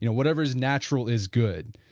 you know whatever is natural is good,